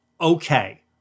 okay